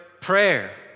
prayer